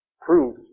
Proof